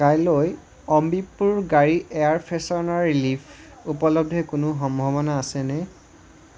কাইলৈ অম্বিপুৰ গাড়ীৰ air freshener refill উপলব্ধ হোৱাৰ কোনো সম্ভাৱনা আছেনে